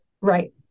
Right